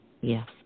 Yes